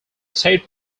state